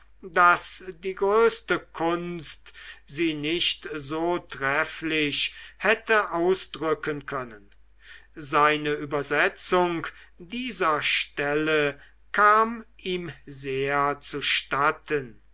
daß die größte kunst sie nicht so trefflich hätte ausdrücken können seine übersetzung dieser stelle kam ihm sehr zustatten